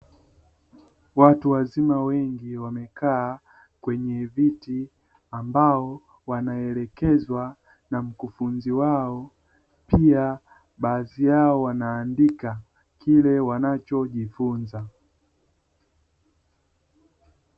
Watu wazima wengi wamekaa kwenye viti ambao wanaelekezwa na mkufunzi wao, pia baadhi yao wanaandika kile wanachojifunza.